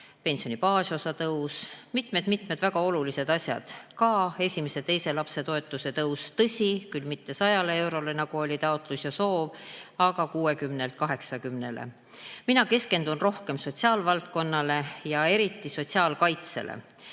pensioni baasosa tõus. Ja on veel mitmed väga olulised asjad: esimese ja teise lapse toetuse tõus – tõsi, küll mitte 100 eurole, nagu oli taotlus ja soov, vaid 60-lt 80-le. Mina keskendun rohkem sotsiaalvaldkonnale ja eriti sotsiaalkaitsele.